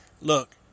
Look